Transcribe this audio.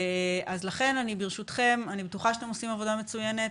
אני בטוחה שאתם עושים עבודה מצוינת,